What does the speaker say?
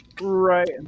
Right